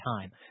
time